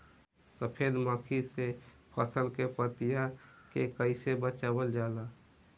सफेद मक्खी से फसल के पतिया के कइसे बचावल जाला?